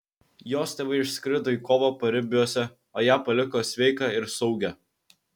jos tėvai išskrido į kovą paribiuose o ją paliko sveiką ir saugią